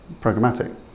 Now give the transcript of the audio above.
programmatic